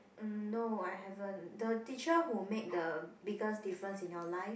um no I haven't the teacher who made the biggest difference in your life